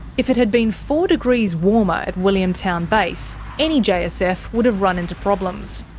if it had been four degrees warmer at williamtown base, any jsf would have run into problems.